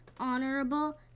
honorable